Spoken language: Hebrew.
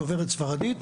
דוברת ספרדית,